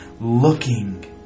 looking